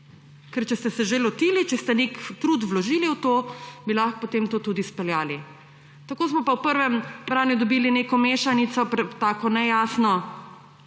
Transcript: Ker če ste že lotili, če ste nek trud vložili v to, bi lahko potem to tudi izpeljali. Tako smo pa v prvem branju dobilo neko mešanico, tako nejasno,